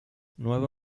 nuevo